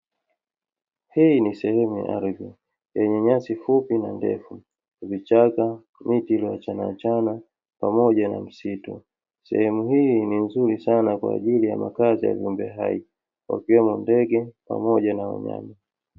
Hii ni sehemu ya ardhi yenye nyasi fupi na ndefu, vichaka, miti iliyoachana achana pamoja na misitu. Sehemu hii ni nzuri sana kwa ajili ya makazi ya viumbe hai wakiwemo ndege pamoja na wanyama.